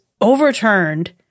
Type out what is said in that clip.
overturned